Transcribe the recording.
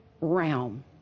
realm